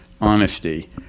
honesty